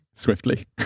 Swiftly